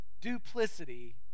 Duplicity